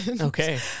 Okay